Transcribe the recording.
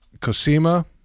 Cosima